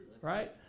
Right